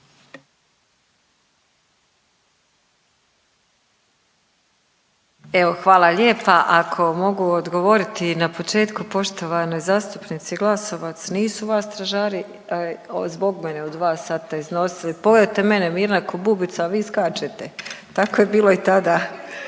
hvala lijepa. Ako mogu odgovoriti na početku poštovanoj zastupnici Glasovac, nisu vas stražari zbog mene u 2 sata iznosili, pogledajte mene mirna ko bubica, a vi skačete. Tako je bilo i tada.